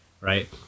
Right